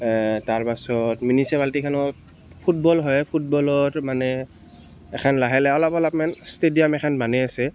তাৰ পাছত মিউনিচিপালটিখনত ফুটবল হয় ফুটবলৰ মানে এখন লাহে লাহে অলপ অলপমান ষ্টেডিয়াম এখন বনাই আছে